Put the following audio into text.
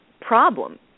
problem